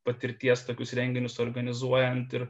patirties tokius renginius organizuojant ir